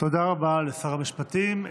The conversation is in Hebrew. תודה רבה לשר המשפטים.